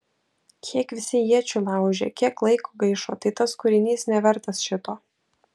kiek visi iečių laužė kiek laiko gaišo tai tas kūrinys nevertas šito